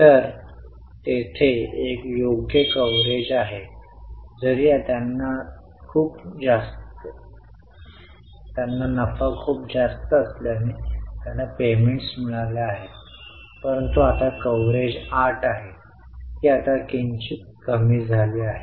तर तेथे एक योग्य कव्हरेज आहे जरी त्यांना नफा खूप जास्त असल्याने त्यांना पेमेंट्स मिळाल्या आहेत परंतु आता कव्हरेज 8 आहे ती आता किंचित कमी झाली आहे